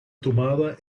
tomada